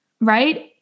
right